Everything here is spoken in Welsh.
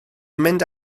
mynd